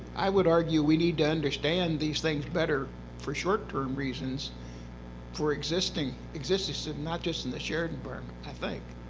i would argue we need to understand these things better for short term reasons for existing existing not just in the shared and environment, i think.